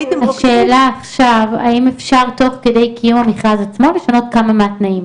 השאלה עכשיו האם אפשר תוך כדי קיום המכרז עצמו לשנות כמה מהתנאים.